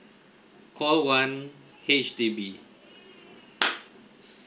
call one H_D_B